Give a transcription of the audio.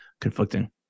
conflicting